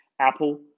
Apple